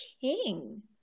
king